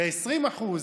ב-20%?